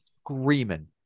screaming